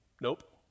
nope